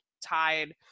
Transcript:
tied